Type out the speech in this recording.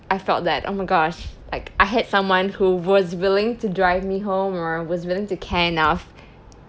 I felt that oh my gosh like I had someone who was willing to drive me home or was willing to care enough